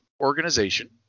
organization